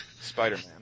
Spider-Man